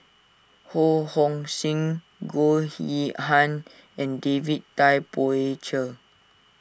Ho Hong Sing Goh Yihan and David Tay Poey Cher